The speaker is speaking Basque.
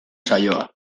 saioa